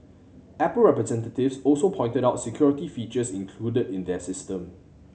apple representatives also pointed out security features included in their system